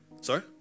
sorry